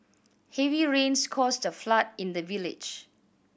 heavy rains caused a flood in the village